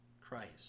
Christ